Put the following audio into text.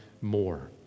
more